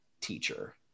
teacher